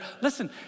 listen